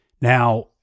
Now